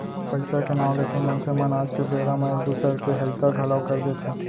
पइसा के नांव लेके मनसे मन आज के बेरा म एक दूसर के हइता घलौ कर देथे